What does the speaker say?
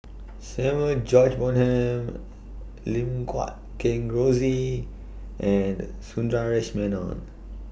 Samuel George Bonham Lim Guat Kheng Rosie and Sundaresh Menon